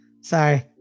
sorry